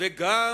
וגם